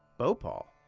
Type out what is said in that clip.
bhopal?